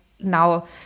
now